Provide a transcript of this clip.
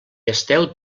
esteu